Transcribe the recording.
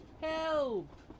Help